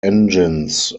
engines